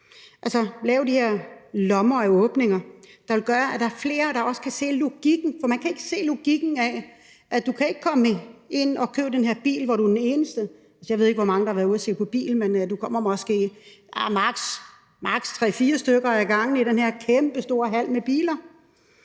altså lave de her lommer af åbninger, der ville gøre, at der er flere, der også kan se logikken. For man kan ikke se logikken i, at du ikke kan komme ind og købe den her bil, hvor du er den eneste – jeg ved ikke, hvor mange der har været ude og se på bil, men der er måske maks. 3-4 stykker ad gangen i den her kæmpestore hal med biler